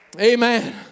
amen